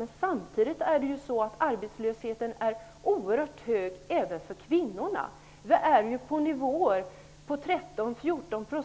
Men samtidigt är arbetslösheten oerhört hög även för kvinnorna. 13--14